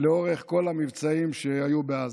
לאורך כל המבצעים בעזה.